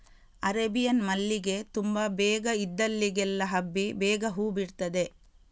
Arabian ಮಲ್ಲಿಗೆ ತುಂಬಾ ಬೇಗ ಇದ್ದಲ್ಲಿಗೆಲ್ಲ ಹಬ್ಬಿ ಬೇಗ ಹೂ ಬಿಡ್ತದೆ